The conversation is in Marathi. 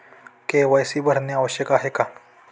के.वाय.सी भरणे आवश्यक आहे का?